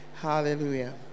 Hallelujah